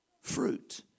Fruit